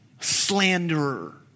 slanderer